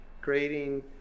creating